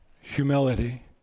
Humility